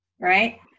right